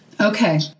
Okay